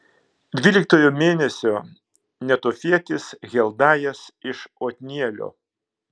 dvyliktojo mėnesio netofietis heldajas iš otnielio